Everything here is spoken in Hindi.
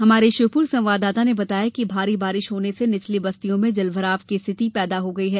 हमारे श्योपुर संवाददाता ने बताया है कि भारी बारिश होने से निचली बस्तियों में जल भराव की स्थिति पैदा हो गई है